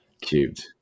Cubed